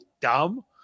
dumb